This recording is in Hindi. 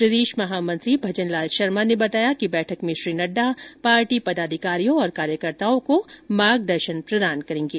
प्रदेश महामंत्री भजनलाल शर्मा ने बताया कि बैठक में श्री नड्डा पार्टी पदाधिकारियों और कार्यकर्ताओं को मार्गदर्शन प्रदान करेंगे